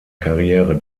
karriere